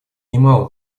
немало